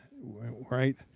right